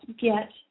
get